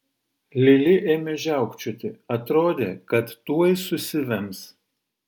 lili ėmė žiaukčioti atrodė kad tuoj susivems